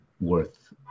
worth